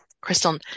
Crystal